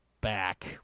back